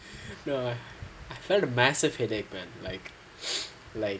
no I had a massive headache like like